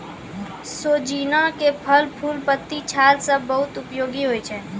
सोजीना के फल, फूल, पत्ती, छाल सब बहुत उपयोगी होय छै